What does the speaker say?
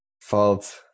Fault